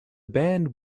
band